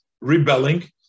Rebelling